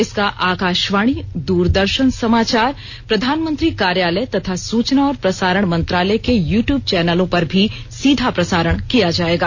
इसका आकाशवाणी दूरदर्शन समाचार प्रधानमंत्री कार्यालय तथा सुचना और प्रसारण मंत्रालय के यू ट्यूब चैनलों पर भी सीधा प्रसारण किया जाएगा